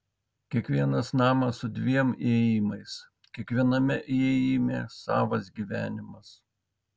kiekvienas namas su dviem įėjimais kiekviename įėjime savas gyvenimas